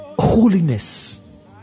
Holiness